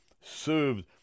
served